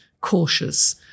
cautious